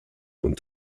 und